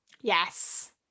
Yes